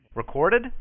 Recorded